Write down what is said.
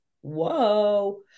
whoa